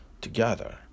together